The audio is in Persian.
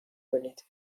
کنید